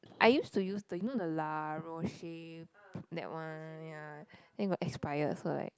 I used to use the you know La Roche that one ya then got expired so like